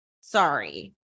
Sorry